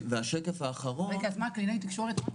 וקלינאי תקשורת?